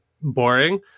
boring